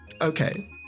Okay